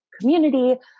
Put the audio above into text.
community